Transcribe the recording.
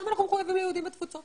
למה אנחנו מחויבים ליהודים בתפוצות,